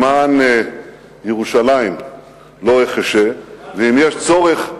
למען ירושלים לא אחשה, ואם יש צורך,